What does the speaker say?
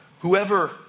Whoever